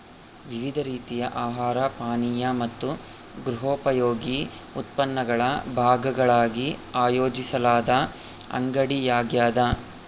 ವಿವಿಧ ರೀತಿಯ ಆಹಾರ ಪಾನೀಯ ಮತ್ತು ಗೃಹೋಪಯೋಗಿ ಉತ್ಪನ್ನಗಳ ವಿಭಾಗಗಳಾಗಿ ಆಯೋಜಿಸಲಾದ ಅಂಗಡಿಯಾಗ್ಯದ